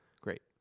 Great